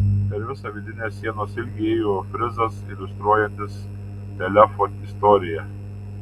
per visą vidinės sienos ilgį ėjo frizas iliustruojantis telefo istoriją